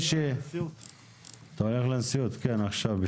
אותו עקרון כאן.